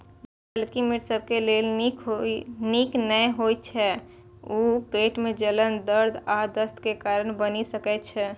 ललकी मिर्च सबके लेल नीक नै होइ छै, ऊ पेट मे जलन, दर्द आ दस्त के कारण बनि सकै छै